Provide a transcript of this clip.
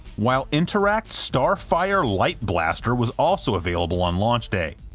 while interact's starfire lightblaster was also available on launch day.